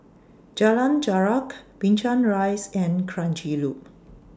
Jalan Jarak Binchang Rise and Kranji Loop